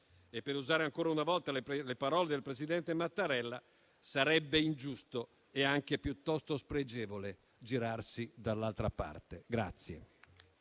Per usare ancora una volta le parole del presidente Mattarella, sarebbe ingiusto e anche piuttosto spregevole girarsi dall'altra parte.